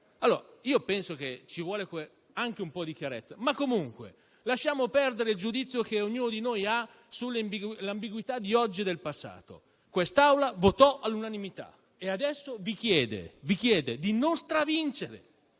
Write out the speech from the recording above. generico? Penso che ci voglia anche un po' di chiarezza. Comunque, lasciamo perdere il giudizio che ognuno di noi ha sull'ambiguità di oggi e del passato. Quest'Assemblea votò all'unanimità e adesso vi chiede di non stravincere,